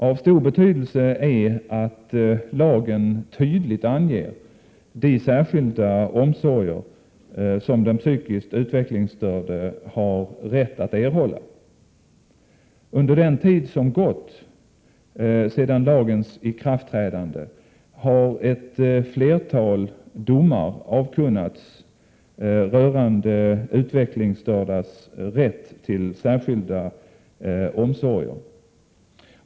Av stor betydelse är att lagen tydligt anger de särskilda omsorger som den 105 psykiskt utvecklingsstörde har rätt att erhålla. Under den tid som gått sedan lagens ikraftträdande har ett flertal domar avkunnats rörande utvecklingsstördas rätt till särskilda omsorger.